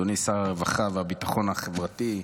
אדוני שר הרווחה והביטחון החברתי.